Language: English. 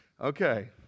okay